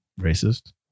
Racist